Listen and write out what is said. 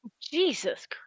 Jesus